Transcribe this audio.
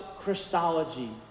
Christology